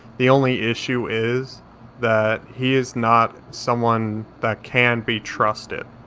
the only issue is that he is not someone that can be trusted.